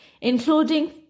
including